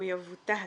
מחויבותה הציבורית.